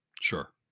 Sure